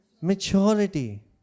maturity